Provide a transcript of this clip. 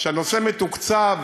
שהנושא מתוקצב